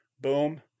Boom